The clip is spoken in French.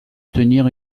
tenir